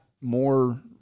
more